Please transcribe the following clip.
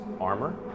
armor